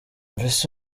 mbese